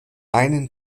einen